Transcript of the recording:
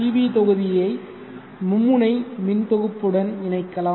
we தொகுதியை மும்முனை மின் தொகுப்பு உடன் இணைக்கலாம்